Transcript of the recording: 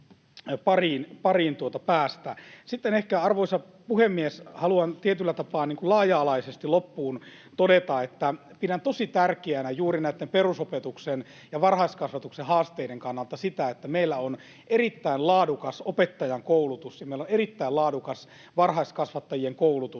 pariin päästä. Sitten ehkä, arvoisa puhemies, haluan tietyllä tapaa laaja-alaisesti loppuun todeta, että pidän tosi tärkeänä juuri näiden perusopetuksen ja varhaiskasvatuksen haasteiden kannalta sitä, että meillä on erittäin laadukas opettajankoulutus ja meillä on erittäin laadukas varhaiskasvattajien koulutus.